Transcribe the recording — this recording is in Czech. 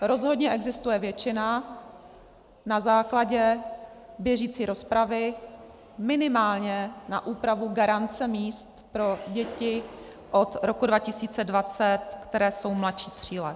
Rozhodně existuje většina na základě běžící rozpravy minimálně na úpravu garance míst pro děti od roku 2020, které jsou mladší tří let.